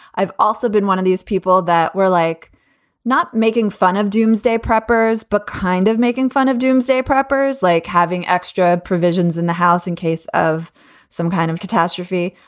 i've also been one of these people that were like not making fun of doomsday preppers, but kind of making fun of doomsday preppers, like having extra provisions in the house in case of some kind of catastrophe.